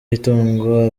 itongo